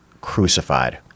crucified